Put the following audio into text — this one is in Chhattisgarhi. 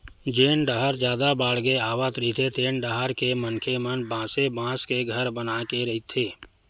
जेन डाहर जादा बाड़गे आवत रहिथे तेन डाहर के मनखे मन बासे बांस के घर बनाए के रहिथे